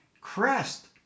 Crest